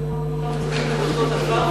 אני רואה מאותם צדדים את אותו הדבר,